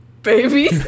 baby